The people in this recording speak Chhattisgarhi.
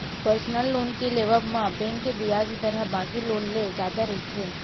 परसनल लोन के लेवब म बेंक के बियाज दर ह बाकी लोन ले जादा रहिथे